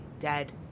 dead